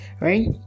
right